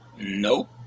nope